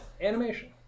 Animation